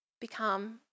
become